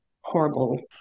horrible